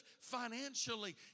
financially